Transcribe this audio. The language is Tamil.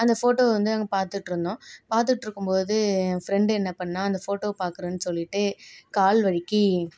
அந்த ஃபோட்டோவை வந்து நாங்க பார்த்துட்டு இருந்தோம் பார்த்துட்டு இருக்கும் போது என் ஃப்ரெண்ட் என்ன பண்ணிணா அந்த ஃபோட்டோ பார்க்கறேன்னு சொல்லிட்டு கால் வழுக்கி